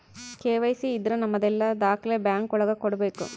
KYC ಇದ್ರ ನಮದೆಲ್ಲ ದಾಖ್ಲೆ ಬ್ಯಾಂಕ್ ಒಳಗ ಕೊಡ್ಬೇಕು